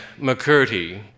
McCurdy